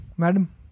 Madam